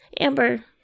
Amber